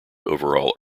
overall